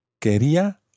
Quería